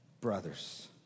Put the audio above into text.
brothers